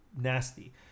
nasty